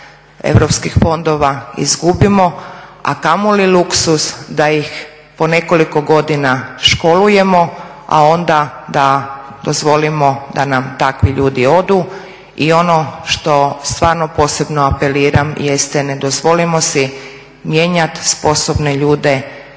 europskih fondova izgubimo, a kamoli luksuz da ih po nekoliko godina školujemo a onda da dozvolimo da nam takvi ljudi odu. I ono što stvarno posebno apeliram jeste, ne dozvolimo si mijenjat sposobne ljude